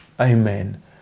Amen